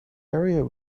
area